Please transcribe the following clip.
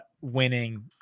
winning